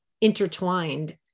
intertwined